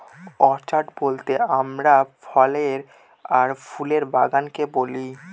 orchard বলতে আমরা ফলের আর ফুলের বাগানকে বুঝি